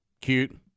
cute